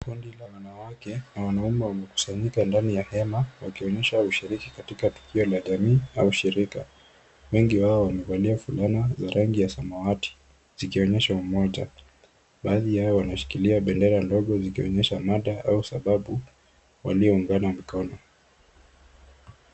Kundi la wanawake na wanaume wamekusanyika ndani ya hema wakionyesha ushiriki katika tukio la jamii au shirika. Wengi wao wamevalia fulana za rangi ya samawati zikionyesha umoja. Baadhi yao wanashikilia bendera ndogo zikionyesha mada au sababu walioungana mkono.